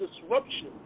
disruption